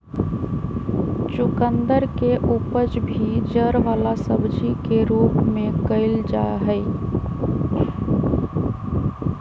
चुकंदर के उपज भी जड़ वाला सब्जी के रूप में कइल जाहई